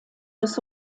des